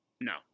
No